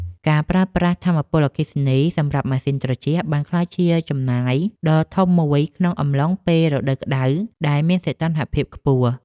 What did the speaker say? ការប្រើប្រាស់ថាមពលអគ្គិសនីសម្រាប់ម៉ាស៊ីនត្រជាក់បានក្លាយជាចំណាយដ៏ធំមួយក្នុងអំឡុងពេលរដូវក្ដៅដែលមានសីតុណ្ហភាពខ្ពស់។